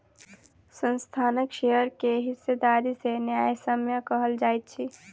संस्थानक शेयर के हिस्सेदारी के न्यायसम्य कहल जाइत अछि